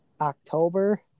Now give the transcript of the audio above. october